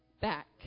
back